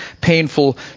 painful